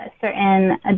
certain